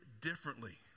differently